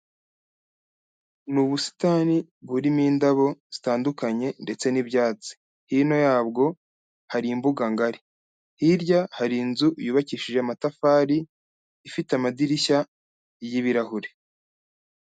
Ni ubusitani burimo indabo zitandukanye ndetse n'ibyatsi, hino yabwo hari imbuga ngari, hirya hari inzu yubakishije amatafari ifite amadirishya y'ibirahure.